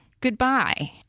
goodbye